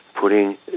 putting